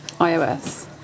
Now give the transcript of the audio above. iOS